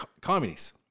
communists